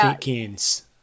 Cans